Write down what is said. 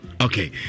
Okay